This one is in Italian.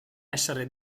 essere